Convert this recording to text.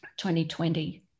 2020